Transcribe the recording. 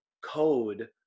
code